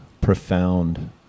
profound